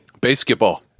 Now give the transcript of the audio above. Basketball